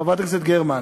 חברת הכנסת גרמן.